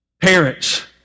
Parents